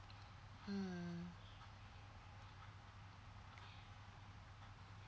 mm